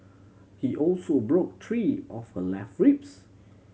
he also broke three of her left ribs